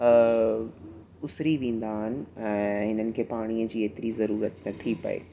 उसरी वेंदा आहिनि ऐं हिननि खे पाणीअ जी एतिरी ज़रूरत नथी पए